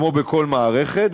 כמו בכל מערכת,